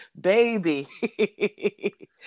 baby